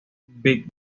big